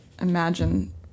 imagine